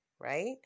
right